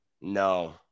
No